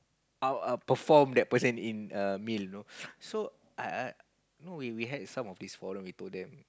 out outperform that person in a meal you know so I I we had some of this problem we told them